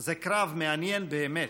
זה קרב מעניין באמת.